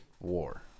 war